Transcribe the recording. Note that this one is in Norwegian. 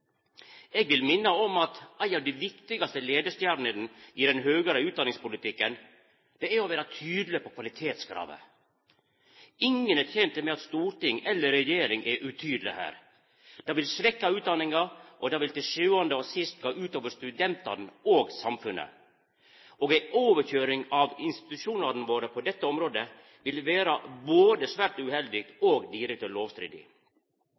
Eg vil minna om at ei av dei viktigaste leiestjernene i den høgare utdanningspolitikken er å vera tydeleg på kvalitetskravet. Ingen er tente med at storting eller regjering er utydeleg her. Det vil svekkja utdanninga, og det vil til sjuande og sist gå ut over studentane og samfunnet. Ei overkøyring av institusjonane våre på dette området vil vera både svært uheldig og direkte lovstridig.